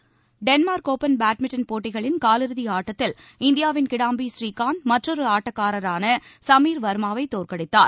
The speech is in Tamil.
விளையாட்டுச் செய்திகள் டென்மார்க் ஓப்பன் பேட்மிண்டன் போட்டிகளின் காலிறுதி ஆட்டத்தில் இந்தியாவின் கிடாம்பி ஸ்ரீகாந்த் மற்றொரு ஆட்டக்காரரான சுமீர் வர்மாவை தோற்கடித்தார்